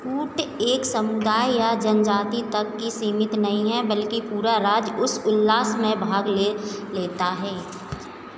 कूट एक समुदाय या जनजाति तक ही सीमित नहीं है बल्कि पूरा राज्य उस उल्लास में भाग ले लेता है